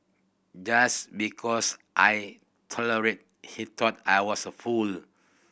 just because I tolerated he thought I was a fool